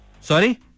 Sorry